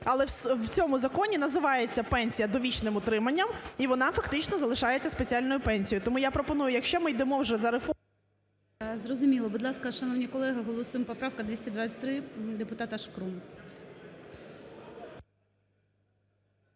але в цьому законі називається пенсія "довічним утриманням" і вона фактично залишається спеціальною пенсією. Тому я пропоную, якщо ми йдемо вже за… 13:07:05 ГОЛОВУЮЧИЙ. Зрозуміло. Будь ласка, шановні колеги, голосуємо, поправка 223 депутата Шкрум.